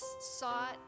sought